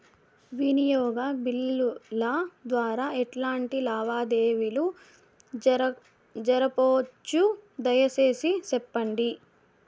వినియోగ బిల్లుల ద్వారా ఎట్లాంటి లావాదేవీలు జరపొచ్చు, దయసేసి సెప్పండి?